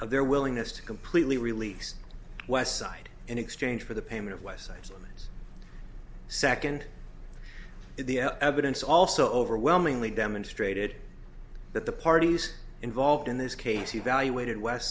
of their willingness to completely release westside in exchange for the payment of westside summons second the evidence also overwhelmingly demonstrated that the parties involved in this case evaluated west